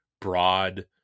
broad